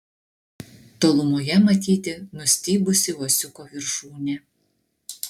tolumoje matyti nustybusi uosiuko viršūnė